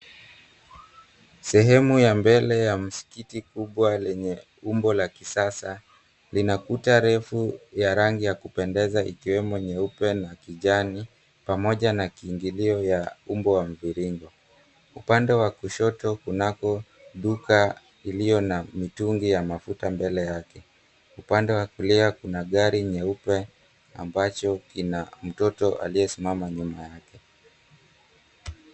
Sehemu ya mbele ya msikiti kubwa lenye umbo la kisasa lina kuta refu ya rangi ya kupendeza ikiwemo nyeupe na kijani, pamoja na kiingilio ya umbo wa mviringo. Upande wa kushoto kunako duka iliyo na mitungi ya mafuta mbele yake. Upande wa kulia kuna gari nyeupe ambacho kina mtoto aliyesimama nyuma yake.